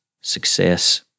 success